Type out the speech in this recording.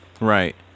Right